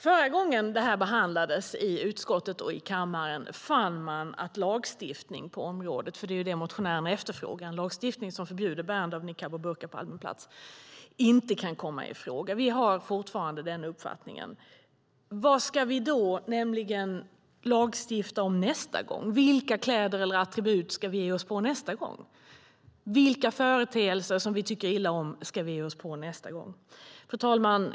Förra gången det här behandlades i utskottet och här i kammaren fann man att lagstiftning på området - vad motionärerna efterfrågar är ju en lagstiftning som förbjuder bärande av niqab och burka på allmän plats - inte kan komma i fråga. Den uppfattningen har vi fortfarande. För vad ska vi då nästa gång lagstifta om? Vilka kläder eller attribut ska vi nästa gång ge oss på? Vilka företeelser som vi tycker illa om ska vi nästa gång ge oss på? Fru talman!